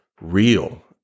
real